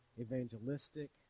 evangelistic